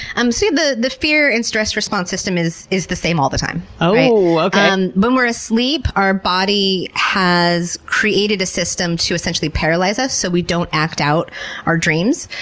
um so the the fear and stress response system is is the same all the time. time. ah um when we're asleep, our body has created a system to essentially paralyze us so we don't act out our dreams,